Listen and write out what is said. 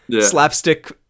slapstick